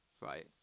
right